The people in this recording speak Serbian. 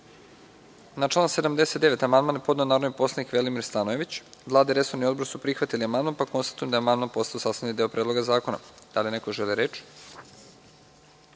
Ne. Na član 79. amandman je podneo narodni poslanik Velimir Stanojević. Vlada i resorni odbor su prihvatili amandman. Konstatujem da je amandman postao sastavni deo Predloga zakona. Da li neko želi reč?